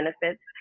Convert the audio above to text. benefits